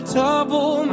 double